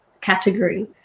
category